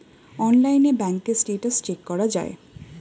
অনলাইনে ব্যাঙ্কের status check করা যায়